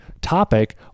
topic